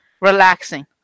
relaxing